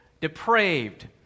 depraved